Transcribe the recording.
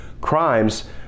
crimes